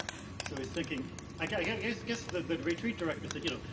so he's thinking i guess guess the retreat director said, you know,